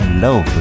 Love